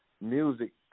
music